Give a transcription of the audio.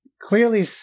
clearly